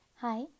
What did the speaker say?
Hi